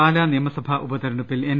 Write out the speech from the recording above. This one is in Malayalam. പാലാ നിയമസഭാ ഉപതെരഞ്ഞെടൂപ്പിൽ എൻ